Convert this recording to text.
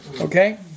okay